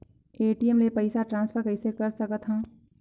ATM ले पईसा transfer कइसे कर सकथव?